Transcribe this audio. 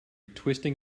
twisting